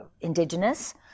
indigenous